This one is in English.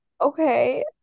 Okay